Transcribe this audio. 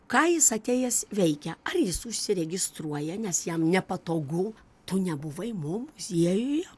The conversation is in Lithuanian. ką jis atėjęs veikia ar jis užsiregistruoja nes jam nepatogu tu nebuvai mo muziejuje